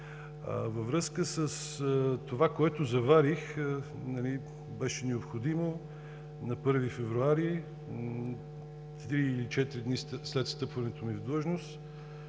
Във връзка с това, което заварих, беше необходимо на 1 февруари, три или четири дни след встъпването ми в длъжност,